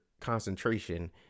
concentration